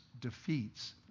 defeats